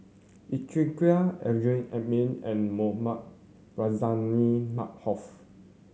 Yeo Chee Kiong Amrin Amin and Mohamed Rozani Maarof